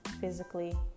physically